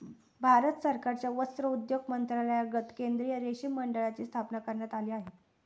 भारत सरकारच्या वस्त्रोद्योग मंत्रालयांतर्गत केंद्रीय रेशीम मंडळाची स्थापना करण्यात आली आहे